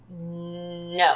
No